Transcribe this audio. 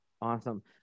awesome